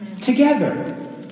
Together